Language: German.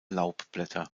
laubblätter